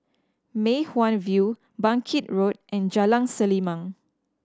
Mei Hwan View Bangkit Road and Jalan Selimang